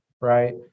right